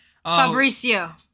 Fabrizio